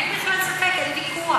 אין ספק, אין בכלל ספק, אין בכלל ויכוח.